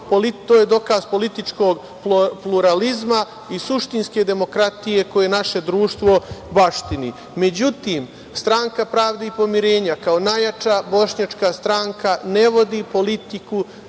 to je dokaz političkog pluralizma i suštinske demokratije koje naše društvo baštini.Međutim, Stranka pravde i pomirenja, kao najjača bošnjačka stranka ne vodi politiku